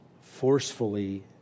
forcefully